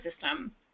system